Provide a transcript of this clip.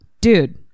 Dude